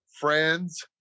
friends